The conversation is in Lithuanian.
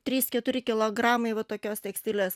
trys keturi kilogramai va tokios tekstilės